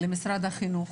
למשרד החינוך